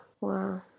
Wow